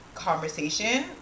conversation